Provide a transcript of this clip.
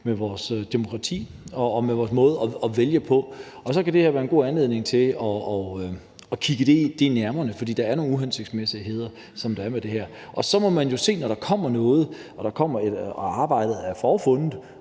med vores demokrati og med vores måde at vælge på. Så kan det her være en god anledning til at kigge nærmere på det, for der er nogle uhensigtsmæssigheder, som det er her. Og så må man jo se, når der kommer noget og arbejdet har fundet